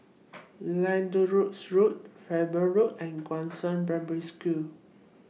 Lyndhurst Road Faber Road and Gongshang Primary School